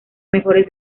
mejores